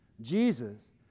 Jesus